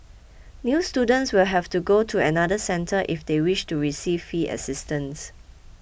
new students will have to go to another centre if they wish to receive fee assistance